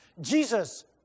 Jesus